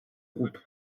groupe